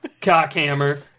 cockhammer